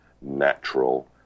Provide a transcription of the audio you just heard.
natural